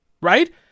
right